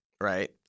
right